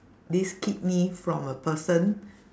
this kidney from a person